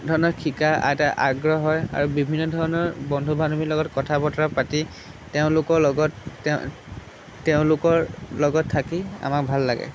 ধৰণৰ শিকা আগ্ৰহ হয় আৰু বিভিন্ন ধৰণৰ বন্ধু বান্ধৱীৰ লগত কথা বতৰা পাতি তেওঁলোকৰ লগত তেওঁলোকৰ লগত থাকি আমাৰ ভাল লাগে